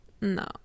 no